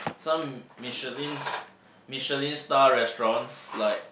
some Michelin's Michelin star restaurants like